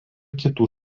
kitų